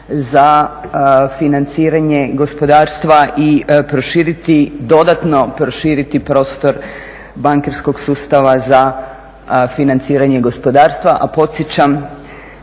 za financiranje gospodarstva i proširit, dodatno proširiti prostor bankarskog sustava za financiranje gospodarstva.